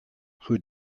who